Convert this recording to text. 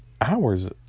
hours